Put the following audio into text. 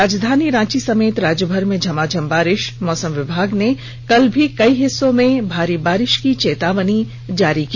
और राजधानी रांची समेत राज्यमर में झमाझम बारिश मौसम विभाग ने कल भी कई हिस्सों में भारी बारिश की चेतावनी जारी की